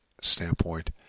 standpoint